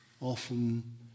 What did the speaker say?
often